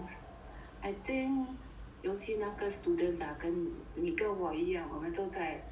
I think 尤其那个 students ah 跟你跟我一样我们都在